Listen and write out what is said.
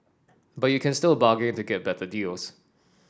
but you can still bargain to get better deals